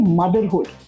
motherhood